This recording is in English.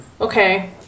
Okay